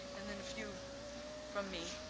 and then a few from me.